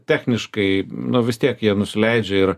techniškai nu vis tiek jie nusileidžia ir